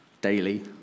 daily